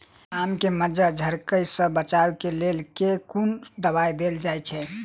आम केँ मंजर झरके सऽ बचाब केँ लेल केँ कुन दवाई देल जाएँ छैय?